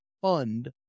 fund